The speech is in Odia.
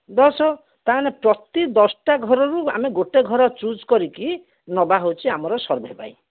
ଦଶ ତାହେଲେ ପ୍ରତି ଦଶଟା ଘର ରୁ ଆମେ ଗୋଟେ ଘର ଚୁଜ୍ କରିକି ନେବା ହେଉଛି ଆମର ସର୍ଭେ ପାଇଁ